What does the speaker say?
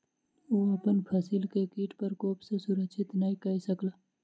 ओ अपन फसिल के कीट प्रकोप सॅ सुरक्षित नै कय सकला